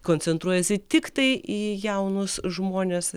koncentruojasi tiktai į jaunus žmones